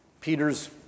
Peter's